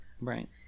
Right